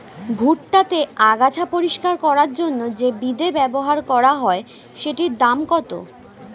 ভুট্টা তে আগাছা পরিষ্কার করার জন্য তে যে বিদে ব্যবহার করা হয় সেটির দাম কত?